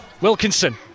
Wilkinson